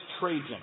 Trajan